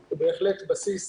זה בהחלט בסיס